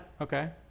Okay